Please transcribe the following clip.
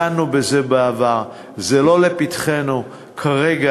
דנו בזה בעבר, זה לא לפתחנו כרגע.